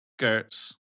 Gertz